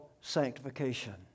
sanctification